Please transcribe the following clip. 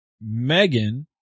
megan